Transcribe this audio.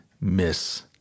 miss